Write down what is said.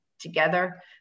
together